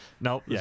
Nope